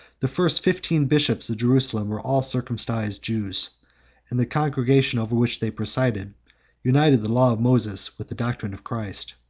the first fifteen bishops of jerusalem were all circumcised jews and the congregation over which they presided united the law of moses with the doctrine of christ.